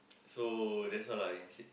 so that's all lah I can said